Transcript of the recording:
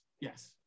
yes